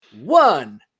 One